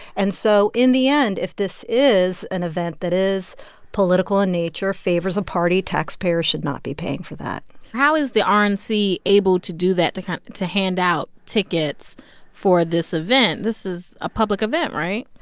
and so in the end, if this is an event that is political in nature, favors a party, taxpayers should not be paying for that how is the rnc and able to do that, to kind of to hand out tickets for this event? this is a public event, right?